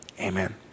amen